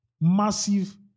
massive